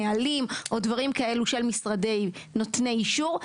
נהלים או דברים כאלו של משרדים נותני אישור.